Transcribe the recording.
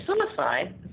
suicide